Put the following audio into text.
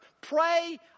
Pray